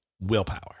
willpower